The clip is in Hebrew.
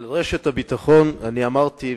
על רשת הביטחון אני אמרתי,